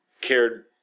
cared